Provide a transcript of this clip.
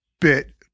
bit